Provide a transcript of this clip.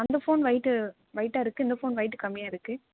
அந்த phone weight வெயிட்டாக இருக்குது இந்த ஃபோன் வெயிட்டு கம்மியாக இருக்குது